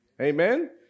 Amen